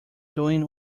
doing